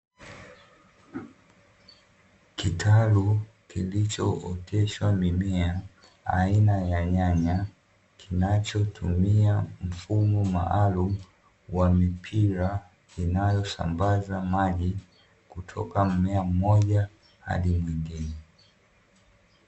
Kitalu klichooteshwa mimea aina ya nyanya, kinachotumia mfumo maalumu wa mipira inayosambaza maji, kutoka mmea mmoja hadi mwingine.